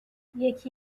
یکی